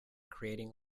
creating